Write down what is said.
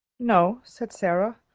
no, said sara,